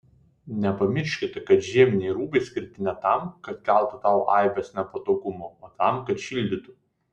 nepamirškite kad žieminiai rūbai skirti ne tam kad keltų tau aibes nepatogumų o tam kad šildytų